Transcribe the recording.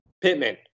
Pittman